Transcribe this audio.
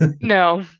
No